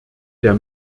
der